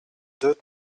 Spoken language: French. deux